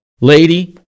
lady